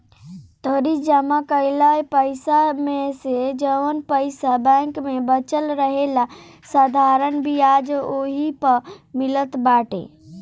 तोहरी जमा कईल पईसा मेसे जवन पईसा बैंक में बचल रहेला साधारण बियाज ओही पअ मिलत बाटे